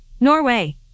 Norway